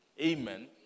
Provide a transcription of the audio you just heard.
Amen